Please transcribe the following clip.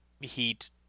heat